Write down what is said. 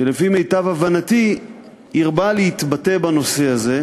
שלפי מיטב הבנתי הרבה להתבטא בנושא הזה,